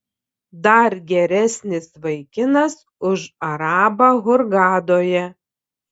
dar geresnis vaikinas už arabą hurgadoje